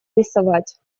рисовать